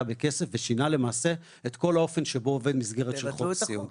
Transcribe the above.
בכסף ושינה למעשה את כל האופן שבו עובד חוק סיעוד.